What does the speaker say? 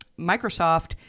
Microsoft